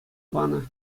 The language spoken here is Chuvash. панӑ